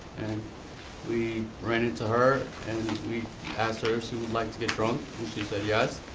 and we ran into her, and we asked her if she would like to get drunk, and she said yes.